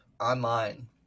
online